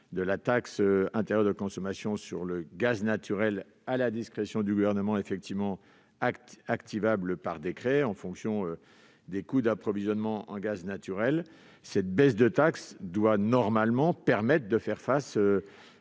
de la taxe intérieure de consommation sur le gaz naturel (TICGN), à la discrétion du Gouvernement, activable par décret en fonction des coûts d'approvisionnement en gaz naturel. Cette baisse de taxe doit normalement permettre de faire face